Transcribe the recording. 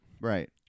Right